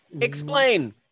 explain